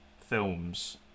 films